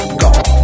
gone